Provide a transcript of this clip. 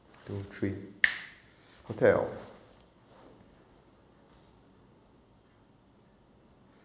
two three hotel